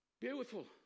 Beautiful